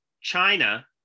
China